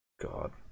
god